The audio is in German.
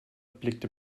blickte